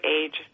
age